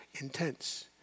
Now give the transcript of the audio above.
intense